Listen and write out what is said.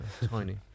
tiny